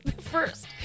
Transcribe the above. First